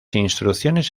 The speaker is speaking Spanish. instrucciones